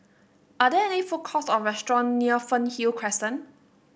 are there food courts or restaurants near Fernhill Crescent